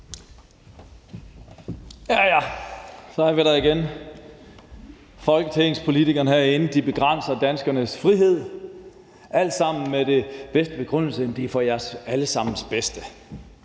Ja ja, så er vi der igen. Folketingspolitikerne herinde begrænser danskernes frihed, alt sammen med begrundelsen: Det er til jeres alle sammens bedste.